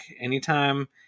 Anytime